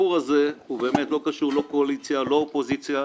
הסיפור הזה לא קשור לא לקואליציה ולא לאופוזיציה.